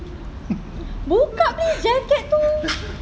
buka pergi jaket tu